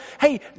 hey